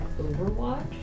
overwatch